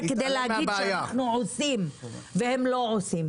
כדי להגיד שאנחנו עושים כשהם לא עושים.